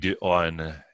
on